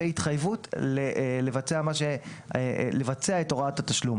והתחייבות לבצע את הוראת התשלום.